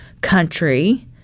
country